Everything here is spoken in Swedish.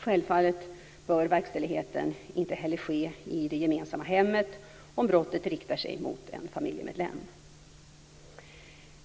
Självfallet bör verkställigheten inte heller ske i det gemensamma hemmet om brottet riktar sig mot en familjemedlem.